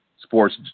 sports